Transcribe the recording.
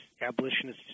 abolitionists